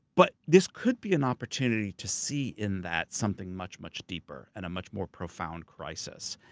but this could be an opportunity to see in that something much, much deeper, and a much more profound crisis.